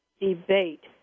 debate